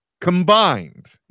combined